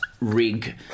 rig